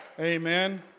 Amen